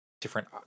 different